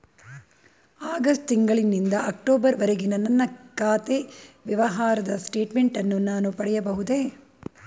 August ತಿಂಗಳು ನಿಂದ October ವರೆಗಿನ ನನ್ನ ಖಾತೆ ವ್ಯವಹಾರದ ಸ್ಟೇಟ್ಮೆಂಟನ್ನು ನಾನು ಪಡೆಯಬಹುದೇ?